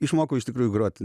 išmokau iš tikrųjų grot